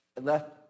left